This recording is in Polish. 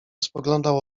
spoglądał